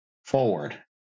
Forward